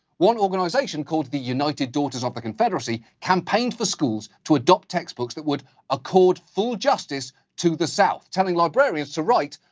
one organization, called the united daughters of the confederacy, campaigned for schools to adopt textbooks that would accord full justice to the south. telling librarians to write,